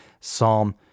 Psalm